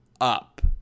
up